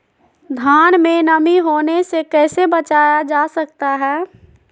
धान में नमी होने से कैसे बचाया जा सकता है?